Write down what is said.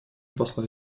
посла